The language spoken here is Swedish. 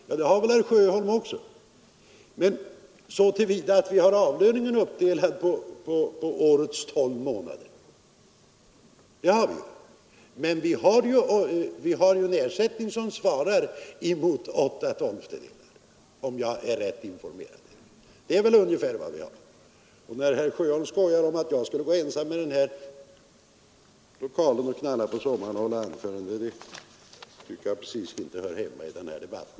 Ja, det har väl herr Sjöholm också — men lönen är uppdelad på årets tolv månader, och lönen under riksdagstid är just åtta tolftedelar av årslönen, om jag är rätt informerad. Slutligen skojade herr Sjöholm om att jag kanske går omkring ensam här i denna lokal på sommaren och håller anföranden, men det tycker jag inte hör hemma i denna debatt.